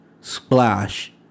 splash